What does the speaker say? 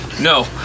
No